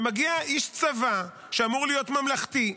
ומגיע איש צבא שאמור להיות ממלכתי,